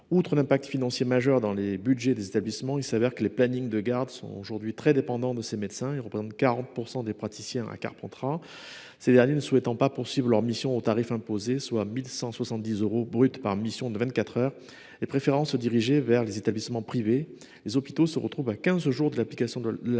Outre l'impact financier majeur dans les Budgets des établissements. Il s'avère que les plannings de garde sont aujourd'hui très dépendant de ses médecins. Ils représentent 40% des praticiens à Carpentras. Ces derniers ne souhaitant pas poursuivent leur mission au tarifs imposés, soit 1170 euros brut par mission de 24h et préférant se diriger vers les établissements privés, les hôpitaux se retrouvent à 15 jours de l'application de la